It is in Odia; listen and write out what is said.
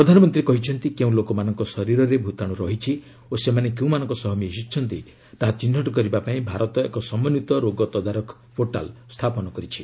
ପ୍ରଧାନମନ୍ତ୍ରୀ କହିଛନ୍ତି କେଉଁ ଲୋକମାନଙ୍କ ଶରୀରରେ ଭୂତାଣୁ ରହିଛି ଓ ସେମାନେ କେଉଁମାନଙ୍କ ସହ ମିଶିଚ୍ଚନ୍ତି ତାହା ଚିହ୍ନଟ କରିବା ପାଇଁ ଭାରତ ଏକ ସମନ୍ଧିତ ରୋଗ ତଦାରଖ ପୋର୍ଟାଲ ସ୍ଥାପନ କରିଛି